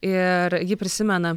ir ji prisimena